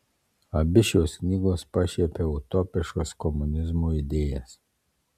abi šios knygos pašiepia utopiškas komunizmo idėjas